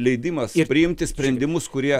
leidimas ir priimti sprendimus kurie